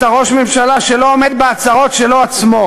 אתה ראש ממשלה שלא עומד בהצהרות שלו-עצמו.